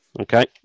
okay